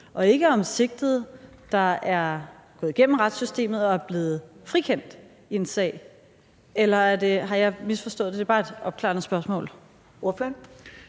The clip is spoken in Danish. og ikke om sigtede, der er gået igennem retssystemet og er blevet frikendt i en sag. Eller har jeg misforstået det? Det er bare et opklarende spørgsmål.